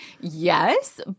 yes